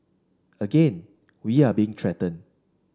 again we are being threatened